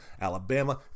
Alabama